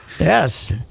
Yes